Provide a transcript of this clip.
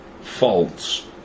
false